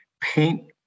paint